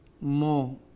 More